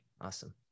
Awesome